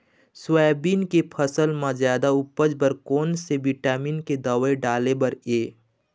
Soybean के फसल म जादा उपज बर कोन से विटामिन के दवई डाले बर ये?